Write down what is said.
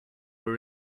were